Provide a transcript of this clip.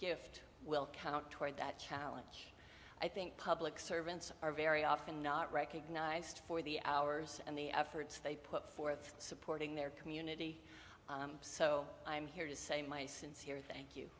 gift will count toward that challenge i think public servants are very often not recognized for the hours and the efforts they put forth supporting their community so i'm here to say my sincere thank you